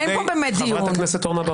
זה בסדר, חברת כנסת.